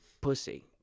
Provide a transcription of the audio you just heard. pussy